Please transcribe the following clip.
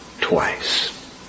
twice